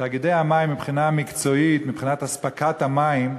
תאגידי המים, מבחינה מקצועית, מבחינת אספקת המים,